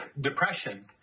depression